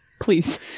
Please